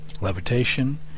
levitation